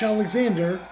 Alexander